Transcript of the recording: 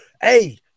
hey